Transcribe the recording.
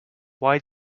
why